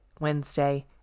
Wednesday